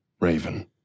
raven